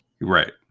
Right